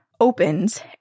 opens